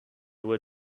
were